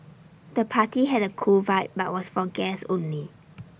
the party had A cool vibe but was for guests only